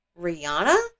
Rihanna